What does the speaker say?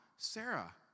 Sarah